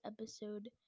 episode